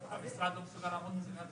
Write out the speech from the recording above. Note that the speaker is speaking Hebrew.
ביחד עם ההוראה הזאת.